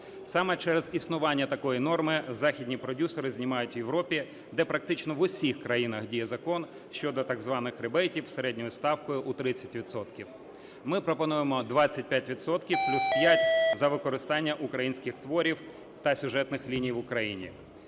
Саме через існування такої норми західні продюсери знімають у Європі, де практично в усіх країнах діє закон щодо так званих рібейтів з середньою ставкою у 30 відсотків. Ми пропонуємо 25 відсотків плюс 5 за використання українських творів та сюжетних ліній в Україні.